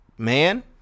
Man